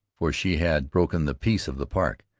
for she had broken the peace of the park,